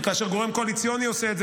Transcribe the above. כי כאשר גורם קואליציוני עושה את זה